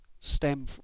stem